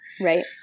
Right